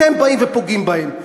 אתם באים ופוגעים בהם.